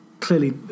Clearly